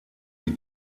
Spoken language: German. die